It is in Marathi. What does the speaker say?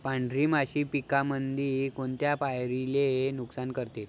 पांढरी माशी पिकामंदी कोनत्या पायरीले नुकसान करते?